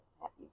happy